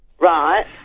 Right